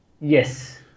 Yes